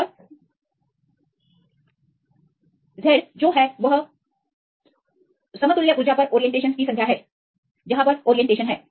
और Z समतुल्य ऊर्जा पर ओरियंटेशनस की संख्या है जहां उन स्थानों पर जहां ओरियंटेशनस हैं